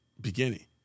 beginning